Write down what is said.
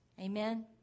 Amen